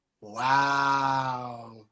Wow